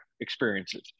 experiences